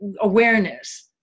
awareness